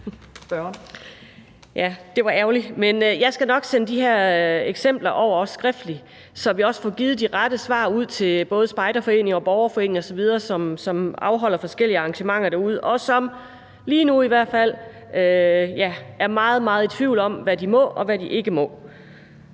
Ja, det var ærgerligt, men jeg skal nok sende de her eksempler over skriftligt, så vi også får givet de rette svar til ud til både spejderforeninger og borgerforeninger osv., som afholder forskellige arrangementer derude, og som, lige nu i hvert fald, er meget, meget i tvivl om, hvad de må, og hvad de ikke må.